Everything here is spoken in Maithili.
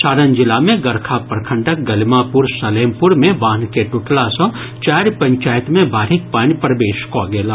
सारण जिला मे गड़खा प्रखंडक गलिमापुर सलेमपुर मे बान्ह के टूटला सँ चारि पंचायत मे बाढ़िक पानि प्रवेश कऽ गेल अछि